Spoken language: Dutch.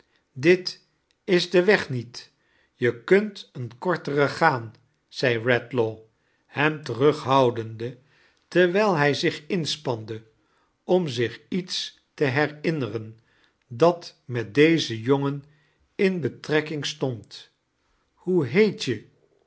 it is de weg niet je kunt een korteren gaan zei eedlaw hem terughoudende terwijl hij zich inspande om zich iets te herinneren dat met dezen jongen in be trekking stond hoe heet je